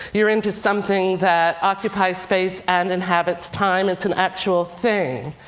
you're into something that occupies space and inhabits time. it's an actual thing.